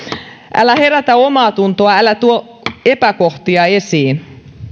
älä herätä omaatuntoa älä tuo epäkohtia esiin